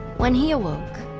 when he awoke,